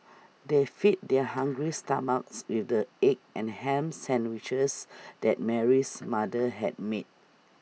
they fed their hungry stomachs with the egg and Ham Sandwiches that Mary's mother had made